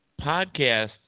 podcast